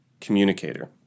communicator